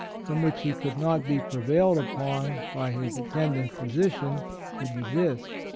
from which he could not be prevailed upon by his attending physician to desist,